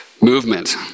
movement